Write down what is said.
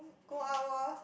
go out oh